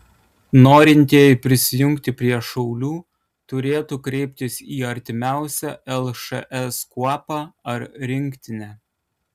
norintieji prisijungti prie šaulių turėtų kreiptis į artimiausią lšs kuopą ar rinktinę